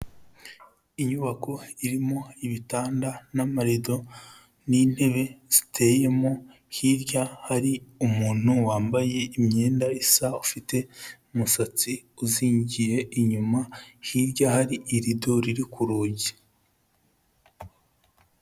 Inyubako irimo ibitanda n'amarido n'intebe ziteyemo, hirya hari umuntu wambaye imyenda isa, ufite umusatsi uzingiye inyuma, hirya hari irido riri ku rugi.